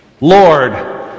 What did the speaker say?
Lord